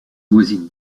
voisine